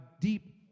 deep